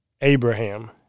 Abraham